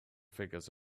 figures